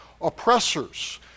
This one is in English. oppressors